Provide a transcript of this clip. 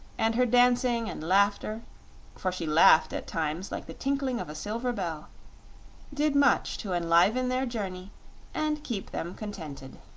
and her dancing and laughter for she laughed at times like the tinkling of a silver bell did much to enliven their journey and keep them contented.